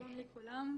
שלום לכולם,